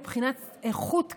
מבחינת איכות כביש,